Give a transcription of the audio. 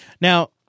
Now